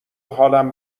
حالم